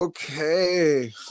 Okay